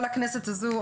או לכנסת הזו,